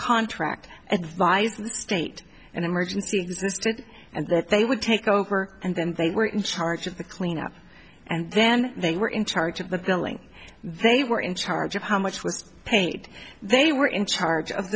contract advised state and emergency existed and that they would take over and then they were in charge of the cleanup and then they were in charge of the billing they were in charge of how much was paid they were in charge of